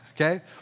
okay